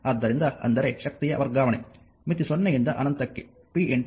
ಆದ್ದರಿಂದ ಅಂದರೆ ಶಕ್ತಿಯ ವರ್ಗಾವಣೆ ಮಿತಿ 0 ಯಿಂದ ಅನಂತಕ್ಕೆ pdt